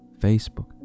Facebook